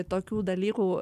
tokių dalykų